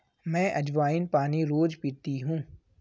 मैं अज्वाइन पानी रोज़ पीती हूँ